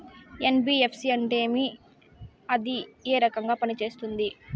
NBFC అంటే ఏమి అది ఏ రకంగా పనిసేస్తుంది